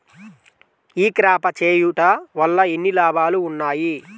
ఈ క్రాప చేయుట వల్ల ఎన్ని లాభాలు ఉన్నాయి?